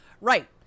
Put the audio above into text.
Right